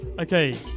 Okay